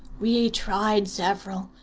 we tried several,